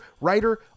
writer